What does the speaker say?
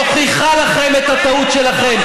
מוכיחה לכם את הטעות שלכם.